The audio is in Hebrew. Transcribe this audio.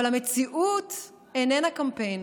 אבל המציאות איננה קמפיין,